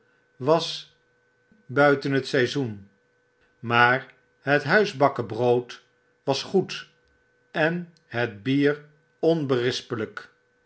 was buiten het seizoen maar het huisbakken brood was goed en het bier onberispelijk